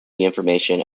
information